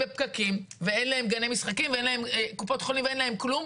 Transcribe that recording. בפקקים ואין להם גני משחקים ואין להם קופות חולים ואין להם כלום,